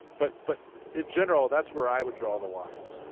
but but in general, that's where i would draw the lines.